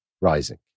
rising